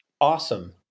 Awesome